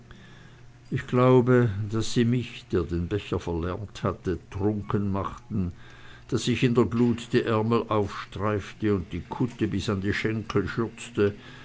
ich glaube daß sie mich der den becher verlernt hatte trunken machten daß ich in der glut die ärmel aufstreifte und die kutte bis an die schenkel schürzte